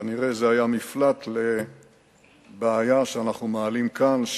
כנראה זה היה מפלט לבעיה שאנחנו מעלים כאן,